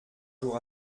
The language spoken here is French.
jour